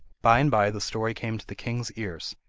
by-and-by the story came to the king's ears,